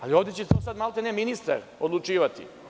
Ali, ovde će odsad, maltene, ministar odlučivati.